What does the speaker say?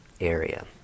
area